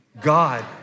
God